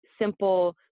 simple